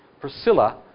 Priscilla